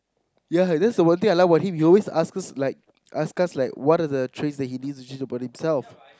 ya that's the one thing I like about him he always ask us like ask us like what are the traits that he needs to change about himself